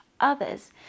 others